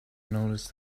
noticed